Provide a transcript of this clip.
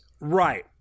Right